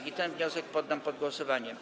I ten wniosek poddam pod głosowanie.